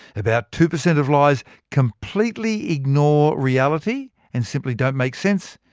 about two percent of lies completely ignore reality and simply don't make sense.